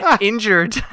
injured